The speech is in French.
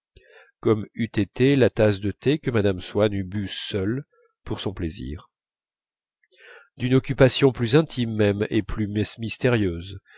comme eût été la tasse de thé que mme swann eût bue seule pour son plaisir d'une occupation plus intime même et plus mystérieuse